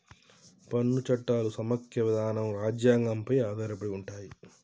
పన్ను చట్టాలు సమైక్య విధానం రాజ్యాంగం పై ఆధారపడి ఉంటయ్